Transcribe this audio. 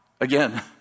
again